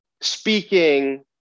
speaking